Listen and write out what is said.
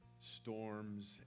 storms